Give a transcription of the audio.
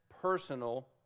personal